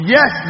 Yes